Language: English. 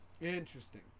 Interesting